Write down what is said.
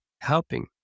helping